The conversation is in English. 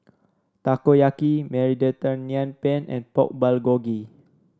Takoyaki Mediterranean Penne and Pork Bulgogi